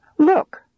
Look